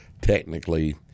technically